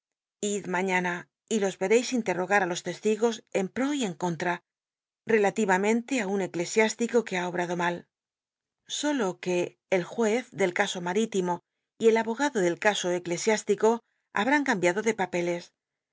ltt mañana y los y eteis inlel'l'ogat ft los testigos en pró y en contra relaliramcnto ü un eclesitistico que ha obrado mal solo que el juez del caso marítimo y el abogado del c tso cclcsi istico habr in cambiado de papeles